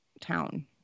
town